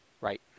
Right